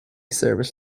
service